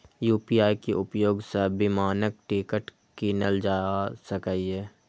UPI के उपयोग सं विमानक टिकट कीनल जा सकैए